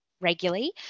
regularly